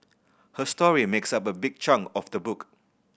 her story makes up a big chunk of the book